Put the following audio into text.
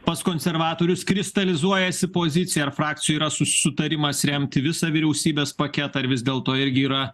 pas konservatorius kristalizuojasi pozicija ar frakcijų su sutarimas remti visą vyriausybės paketą ar vis dėlto irgi yra